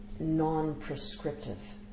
non-prescriptive